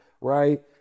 right